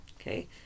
Okay